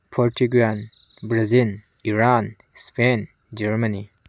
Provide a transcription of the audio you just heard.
Portugal Brazil Iran Spain Germany